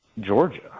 Georgia